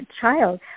child